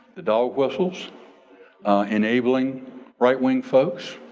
the dog whistles enabling right-wing folks,